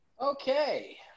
Okay